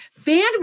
bandwidth